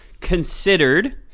considered